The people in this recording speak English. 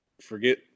forget